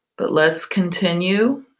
but let's continue